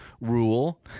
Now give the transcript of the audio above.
rule